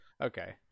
Okay